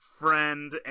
friend